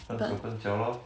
笨手笨脚 lor